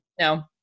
No